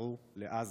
שחזרו לעזה.